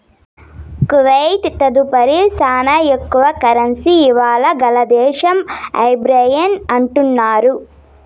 Kuwait తదుపరి శానా ఎక్కువ కరెన్సీ ఇలువ గల దేశం బహ్రెయిన్ అంటున్నారు